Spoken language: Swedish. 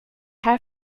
här